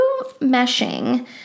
meshing